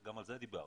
גם על זה דיברת.